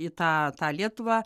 į tą tą lietuvą